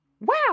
Wow